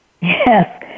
Yes